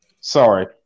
Sorry